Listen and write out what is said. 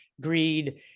greed